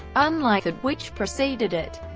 unlike that which preceded it,